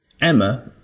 Emma